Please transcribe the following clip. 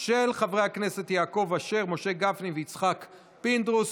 של חברי הכנסת יעקב אשר, משה גפני ויצחק פינדרוס.